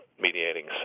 mediating